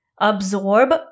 absorb